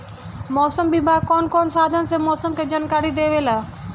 मौसम विभाग कौन कौने साधन से मोसम के जानकारी देवेला?